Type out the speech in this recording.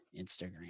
Instagram